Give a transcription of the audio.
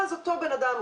ואז אותו בן אדם,